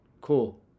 cool